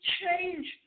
change